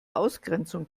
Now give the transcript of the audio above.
ausgrenzung